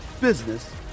business